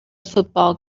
football